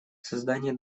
создание